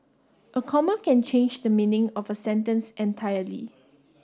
a comma can change the meaning of a sentence entirely